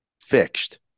fixed